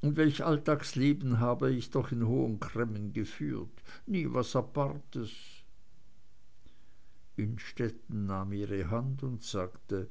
und welch alltagsleben habe ich doch in hohen cremmen geführt nie was apartes innstetten nahm ihre hand und sagte